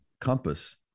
compass